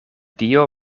dio